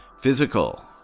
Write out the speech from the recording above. Physical